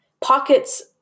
pockets